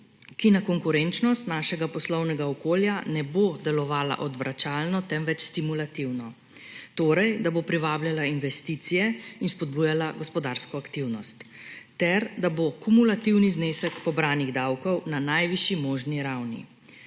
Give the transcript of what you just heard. ki na konkurenčnost našega poslovnega okolja ne bo delovala odvračalno, temveč stimulativno; torej, da bo privabljala investicije in spodbujala gospodarsko aktivnost ter da bo kumulativni znesek pobranih davkov na najvišji možni ravni.